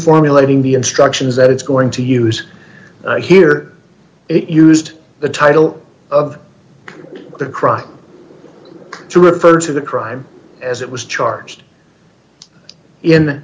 formulating the instructions that it's going to use here it used the title of the crime to refer to the crime as it was charged in